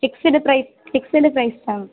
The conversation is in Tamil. fixed price fixed பிரைஸ்தாங்க